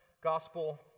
gospel